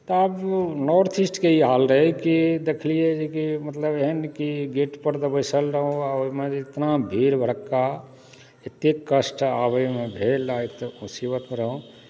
तब नार्थ ईस्टके ई हाल रहय कि देखलियै जेकि मतलब एहन कि गेट पर तऽ बैसल रहहुँ ओहिमे जे एतना भीड़ भड़क्का एतय कष्ट आबयमे भेल आ एक तऽ मुसीबतमे रहहुँ